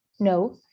No